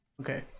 okay